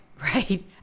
right